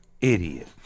idiot